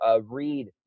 Read